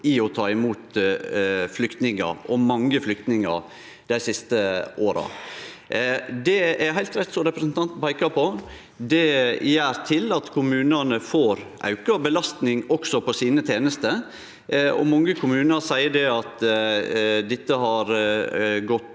å ta imot flyktningar – mange flyktningar dei siste åra. Det er heilt rett som representanten peikar på, at det gjer at kommunane får auka belastning også på sine tenester. Mange kommunar seier at dette har gått